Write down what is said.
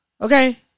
Okay